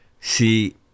See